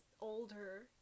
older